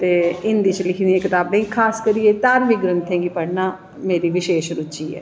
ते हिन्दी च लिखी दि यैं कताबें गी खास करियै धार्मिक ग्रंथें गी मेरी विशेश रुची ऐ